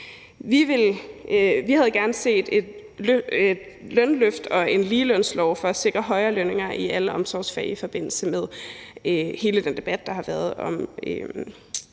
Vi havde gerne set et lønløft og en ligelønslov for at sikre højere lønninger i alle omsorgsfag i forbindelse med hele den debat, der har været om